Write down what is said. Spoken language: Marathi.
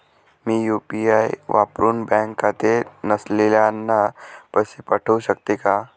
मी यू.पी.आय वापरुन बँक खाते नसलेल्यांना पैसे पाठवू शकते का?